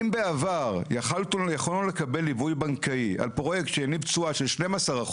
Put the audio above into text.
אם בעבר יכולנו לקבל ליווי בנקאי על פרויקט שהניב תשואה של 12%,